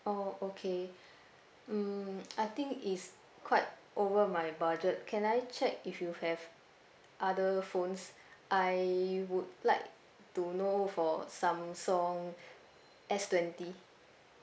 oh okay mm I think is quite over my budget can I check if you have other phones I would like to know for samsung S twenty